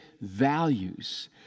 values